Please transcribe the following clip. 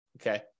okay